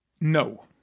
No